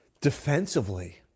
defensively